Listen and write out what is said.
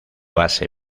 base